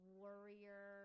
warrior